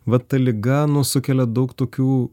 va ta liga nu sukelia daug tokių